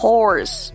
Horse